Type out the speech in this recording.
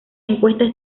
encuestas